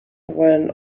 when